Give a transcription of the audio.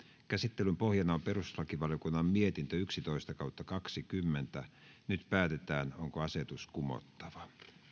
käsittelyn pohjana on perustuslakivaliokunnan mietintö yksitoista nyt päätetään onko asetus kumottava